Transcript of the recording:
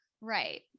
Right